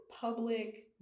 public